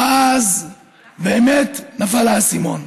ואז באמת נפל האסימון.